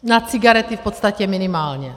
Na cigarety v podstatě minimálně.